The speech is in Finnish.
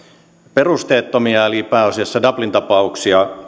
perusteettomia eli pääasiassa dublin tapauksia